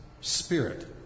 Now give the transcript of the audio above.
spirit